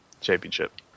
Championship